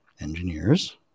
engineers